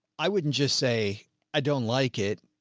i wouldn't just say i don't like it.